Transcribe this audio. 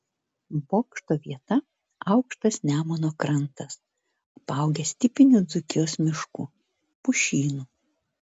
bokšto vieta aukštas nemuno krantas apaugęs tipiniu dzūkijos mišku pušynu